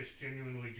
genuinely